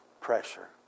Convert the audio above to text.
pressure